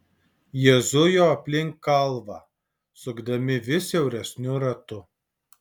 jie zujo aplink kalvą sukdami vis siauresniu ratu